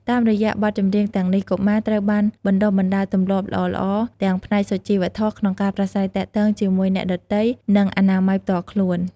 តាមរយៈបទចម្រៀងទាំងនេះ កុមារត្រូវបានបណ្ដុះបណ្ដាលទម្លាប់ល្អៗទាំងផ្នែកសុជីវធម៌ក្នុងការប្រាស្រ័យទាក់ទងជាមួយអ្នកដទៃ និងអនាម័យផ្ទាល់ខ្លួន។